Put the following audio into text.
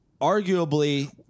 arguably